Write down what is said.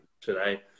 today